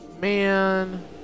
man